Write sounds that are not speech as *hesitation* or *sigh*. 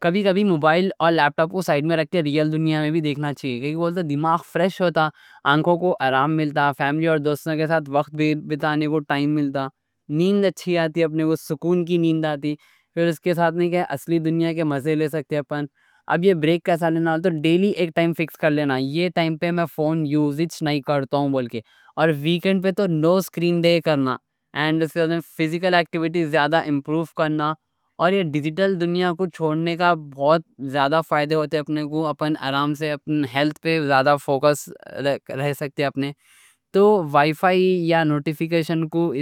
کبھی کبھی موبائل اور لیپ ٹاپ کو سائیڈ میں رکھتے ہیں، ریئل دنیا میں بھی دیکھنا چاہیے کیونکہ دماغ فریش ہوتا، آنکھوں کو آرام ملتا۔ فیملی اور دوستوں کے ساتھ وقت بِتانے کو ٹائم ملتا، نیند اچھی آتی، سکون کی نیند آتی۔ اصلی دنیا کے مزے لے سکتے ہیں۔ اب بریک کیسا لینا؟ ڈیلی ایک ٹائم فکس کر لینا، یہ ٹائم پہ میں فون یوز نہیں کرتا ہوں۔ اور ویکنڈ پہ تو نو اسکرین ڈے کرنا، اور اس کے ساتھ فِزیکل ایکٹیوِٹی زیادہ امپروف کرنا۔ اور یہ ڈیجیٹل دنیا کو چھوڑنے کے بہت فائدے ہوتے ہیں، اپنے کو اپنے آرام سے اپنی ہیلتھ پہ زیادہ فوکس *hesitation* رہ سکتے ہیں۔ تو وائی فائی یا نوٹیفکیشن کو